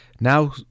now